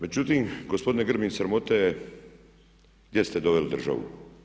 Međutim, gospodine Grbin sramota je gdje ste doveli državu.